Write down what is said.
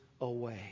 away